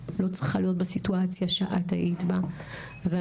לא צריכה להיות בסיטואציה שאת היית בה ואנחנו,